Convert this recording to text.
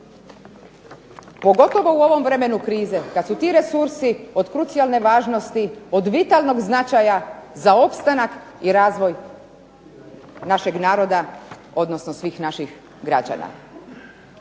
pogotovo u ovom vremenu krize, kad su ti resursi od krucijalne važnosti, od vitalnog značaja za opstanak i razvoj našeg naroda, odnosno svih naših građana.